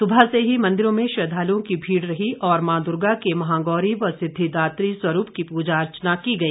सुबह से ही मंदिरों में श्रद्वालुओं की भीड़ रही और मां दुर्गा के महागौरी और सिद्विदात्री स्वरूप की पूजा अर्चना की गई